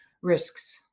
risks